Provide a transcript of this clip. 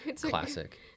Classic